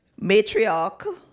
matriarch